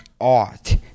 art